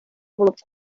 булып